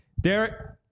Derek